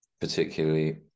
particularly